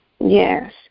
Yes